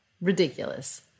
Ridiculous